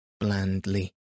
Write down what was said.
Blandly